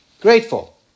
grateful